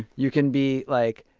you can be like,